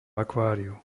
akváriu